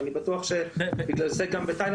ואני בטוח שבגלל זה גם בתאילנד